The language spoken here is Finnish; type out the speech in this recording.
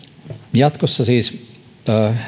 jatkossa siis